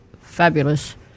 Fabulous